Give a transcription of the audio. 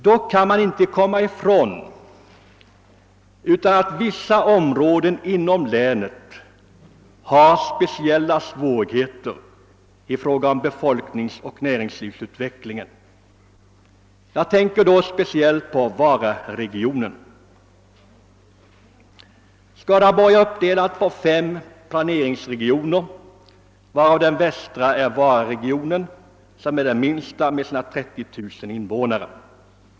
Man kan dock inte komma ifrån att vissa områden i länet har speciella svårigheter i fråga om befolkningsoch näringslivsutveckling. Jag tänker då speciellt på Vararegionen. Skaraborgs län är uppdelat på fem planeringsregioner varav den västra är Vararegionen som är minst med sina 30 000 invånare.